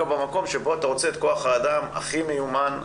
במקום שבו אתה רוצה את כוח האדם הכי מיומן,